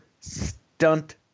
stunt